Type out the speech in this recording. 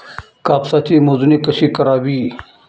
कापसाची मोजणी कशी करावी?